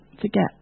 forget